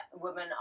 women